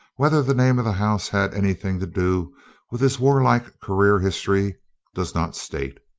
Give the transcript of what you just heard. whether the name of the house had anything to do with his warlike career, history does not state.